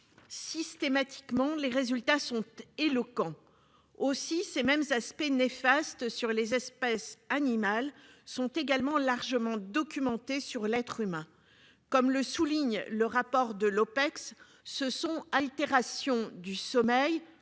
systématiquement les résultats sont éloquents. Aussi ces mêmes aspects néfastes sur les espèces animales sont également largement documenté sur l'être humain. Comme le souligne le rapport de l'Opecst se sont altérations du sommeil,